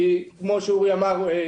כמו שאורי אמר,